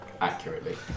accurately